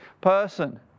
person